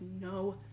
no